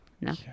No